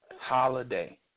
Holiday